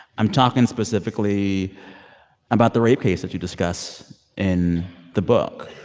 i'm talking specifically about the rape case that you discuss in the book.